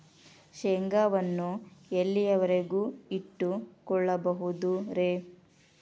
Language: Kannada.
ಶೇಂಗಾವನ್ನು ಎಲ್ಲಿಯವರೆಗೂ ಇಟ್ಟು ಕೊಳ್ಳಬಹುದು ರೇ?